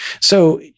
So-